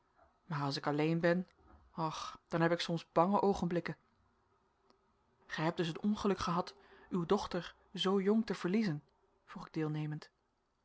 maar als ik alleen ben och dan heb ik soms bange oogenblikken gij hebt dus het ongeluk gehad uw dochter zoo jong te verliezen vroeg ik deelnemend